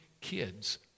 kids